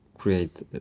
create